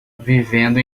vivendo